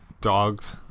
Dogs